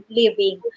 living